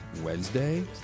Wednesday